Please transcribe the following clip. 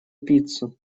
пиццу